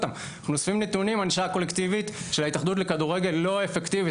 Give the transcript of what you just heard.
הענישה הקולקטיבית של ההתאחדות לכדורגל לא אפקטיבית.